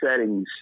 settings